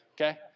okay